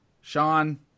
Sean